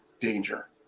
danger